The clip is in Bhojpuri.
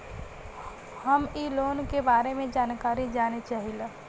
हम इ लोन के बारे मे जानकारी जाने चाहीला?